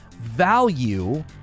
value